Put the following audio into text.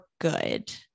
good